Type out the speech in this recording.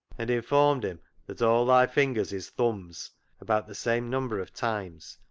and informed him that all thy fingers is thoombs about the same number of times,